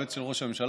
יועץ של ראש הממשלה,